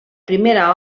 primera